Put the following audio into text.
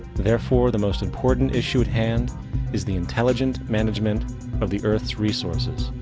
therefore, the most important issue at hand is the intelligent management of the earth's resources.